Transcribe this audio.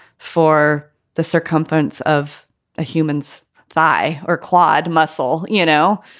for the circumference of a human's thigh or quad muscle. you know,